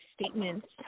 statements